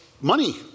money